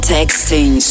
Texting